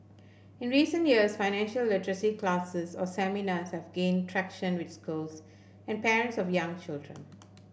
in recent years financial literacy classes or seminars have gained traction with schools and parents of young children